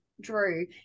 drew